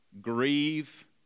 grieve